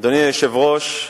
אדוני היושב-ראש,